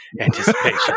Anticipation